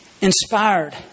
inspired